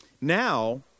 Now